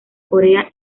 corea